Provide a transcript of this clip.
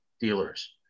dealers